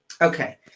Okay